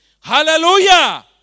Hallelujah